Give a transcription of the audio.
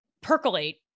percolate